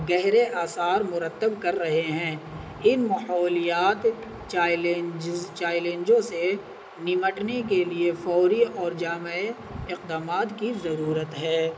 گہرے اثار مرتب کر رہے ہیں ان محولیات چلجز چیلنجوں سے نمٹنے کے لیے فوری اور جامع اقدامات کی ضرورت ہے